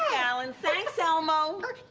alan. thanks, elmo. oh,